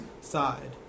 side